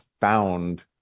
found